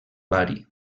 bari